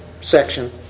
section